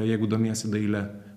jeigu domiesi daile